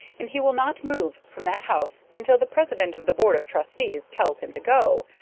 and he will not move from that house until the president of the board of trustees tells him to go.